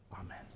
Amen